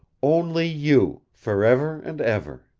only you, for ever and ever.